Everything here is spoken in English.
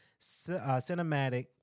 cinematic